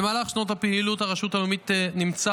במהלך שנות הפעילות הרשות הלאומית נמצא